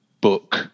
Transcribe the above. book